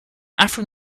after